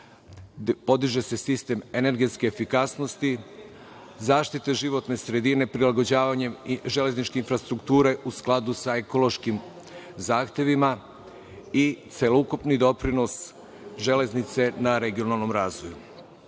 podiže se sistem energetske efikasnosti, zaštite životne sredine, prilagođavanjem železničke infrastrukture u skladu sa ekološkim zahtevima i celokupni doprinos železnice na regionalnom razvoju. Osim